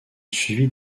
suivi